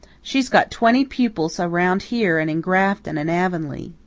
she's got twenty pupils around here and in grafton and avonlea.